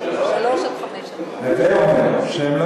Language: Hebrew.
יש מגבלה של זמן, נכון.